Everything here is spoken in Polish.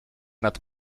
nad